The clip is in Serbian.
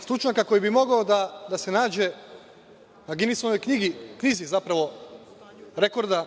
stručnjaka koji bi mogao da se nađe u Ginisovoj knjizi rekorda